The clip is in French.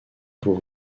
pour